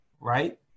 right